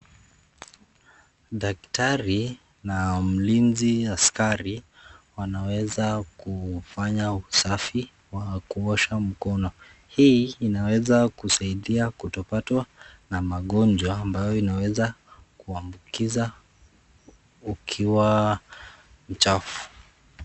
Daktari na mlinizi askari wanaweza kufanya usafi wa kuosha mkono, hii inaweza kusaidia kutopatwa na magonjwa ambayo unaweza kuambukiza ukiwa mchafu.